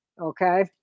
Okay